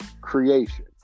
creation